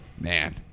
man